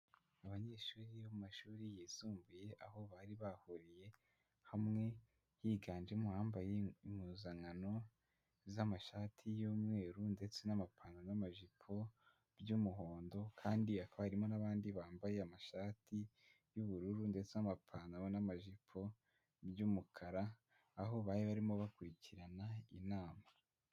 Abanyeshuri bo mu mumashuri yisumbuye, aho bari bahuriye hamwe higanjemo abambaye impuzankano z'amashati y'umweru ndetse n'amapantaro n'amajipo by'umuhondo kandi hakaba harimo n'abandi bambaye amashati y'ubururu ndetse n'amapantaro n'amajipo by'umukara, aho bari barimo bakurikirana inama.